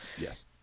Yes